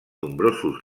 nombrosos